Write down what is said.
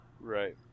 right